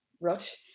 rush